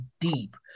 deep